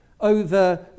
over